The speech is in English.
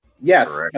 Yes